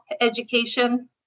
education